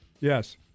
Yes